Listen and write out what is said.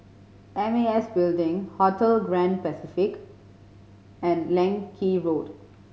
M A S Building Hotel Grand Pacific and Leng Kee Road